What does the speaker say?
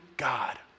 God